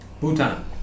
Bhutan